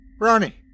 Ronnie